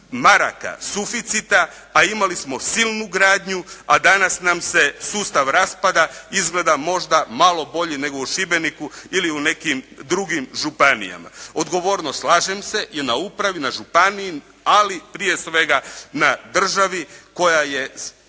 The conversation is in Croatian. maraka suficita, a imali smo silnu gradnju, a danas nam se sustav raspada. Izgleda možda malo bolji nego u Šibeniku ili u nekim drugim županijama. Odgovornost slažem se je na upravi, na županiji, ali prije svega na državi koja je